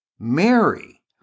Mary